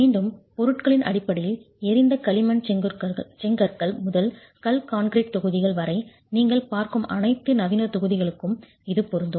மீண்டும் பொருட்களின் அடிப்படையில் எரிந்த களிமண் செங்கற்கள் முதல் கல் கான்கிரீட் தொகுதிகள் வரை நீங்கள் பார்க்கும் அனைத்து நவீன தொகுதிகளுக்கும் இது பொருந்தும்